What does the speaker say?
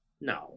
no